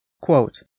Quote